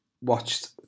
watched